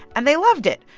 and they loved it.